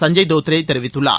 சஞ்சய் தோத்ரே தெரிவித்துள்ளார்